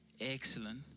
Excellent